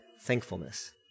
thankfulness